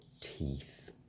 teeth